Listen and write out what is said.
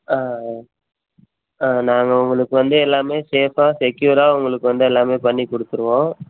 ஆ ஆ ஆ நாங்கள் உங்களுக்கு வந்து எல்லாமே சேஃபாக செக்கியூராக உங்களுக்கு வந்து எல்லாமே பண்ணிக் கொடுத்துருவோம்